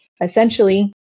essentially